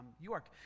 York